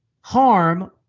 harm